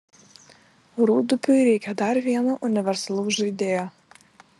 rūdupiui reikia dar vieno universalaus žaidėjo